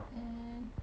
mm